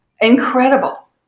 incredible